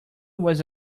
was